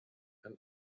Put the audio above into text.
and